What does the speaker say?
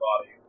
body